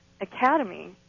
academy